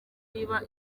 niba